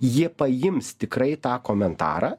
jie paims tikrai tą komentarą